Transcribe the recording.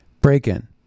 break-in